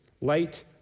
Light